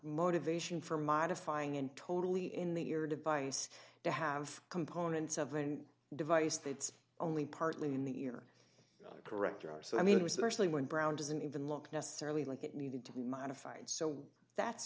motivation for modifying and totally in that your device to have components of and device that's only partly in the ear correct are so i mean it was mostly when brown doesn't even look necessarily like it needed to be modified so that's